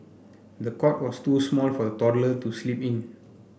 the cot was too small for the toddler to sleep in